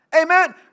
Amen